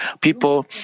people